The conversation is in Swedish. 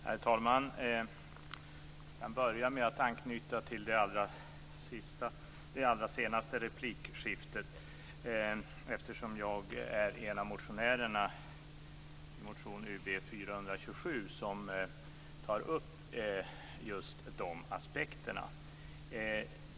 Herr talman! Jag kan börja med att anknyta till det allra senaste replikskiftet, eftersom jag är en av motionärerna i motion Ub427, som tar upp just de aspekterna.